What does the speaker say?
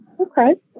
Okay